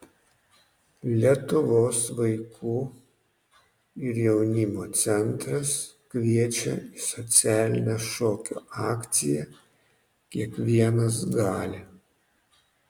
lietuvos vaikų ir jaunimo centras kviečia į socialinę šokio akciją kiekvienas gali